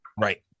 Right